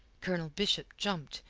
colonel bishop jumped,